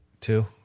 Two